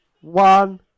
One